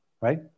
right